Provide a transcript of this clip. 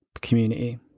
community